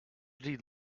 did